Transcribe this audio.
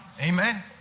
Amen